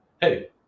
hey